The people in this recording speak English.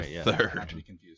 Third